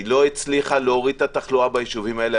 היא לא הצליחה להוריד את התחלואה ביישובים האלה.